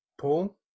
Paul